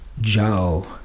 Joe